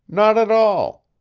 not at all.